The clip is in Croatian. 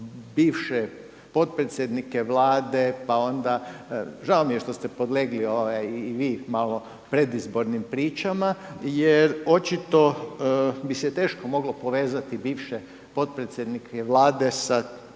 bivše potpredsjednike Vlade, pa onda žao mi je što ste podlegli i vi malo predizbornim pričama. Jer očito bi se teško moglo povezati bivše potpredsjednike Vlade sa